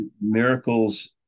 miracles